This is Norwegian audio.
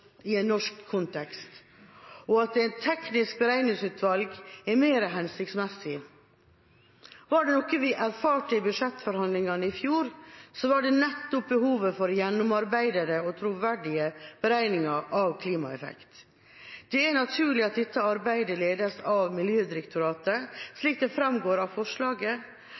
kontekst, og at et teknisk beregningsutvalg er mer hensiktsmessig. Var det noe vi erfarte i budsjettforhandlingene i fjor, var det nettopp behovet for gjennomarbeidede og troverdige beregninger av klimaeffekt. Det er naturlig at dette arbeidet ledes av Miljødirektoratet, slik det framgår av forslaget.